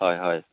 হয় হয়